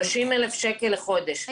30 אלף שקל בחודש.